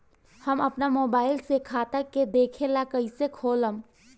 हम आपन मोबाइल से खाता के देखेला कइसे खोलम?